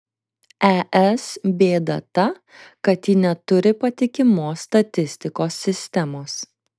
es bėda ta kad ji neturi patikimos statistikos sistemos